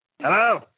Hello